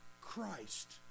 Christ